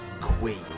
Queen